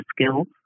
skills